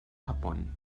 japón